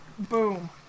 Boom